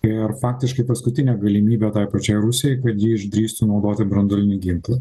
ir faktiškai paskutinė galimybė tai pačiai rusijai kad ji išdrįstų naudoti branduolinį ginklą